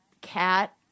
cat